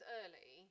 early